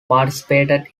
participated